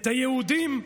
את היהודים,